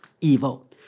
evil